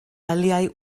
aliaj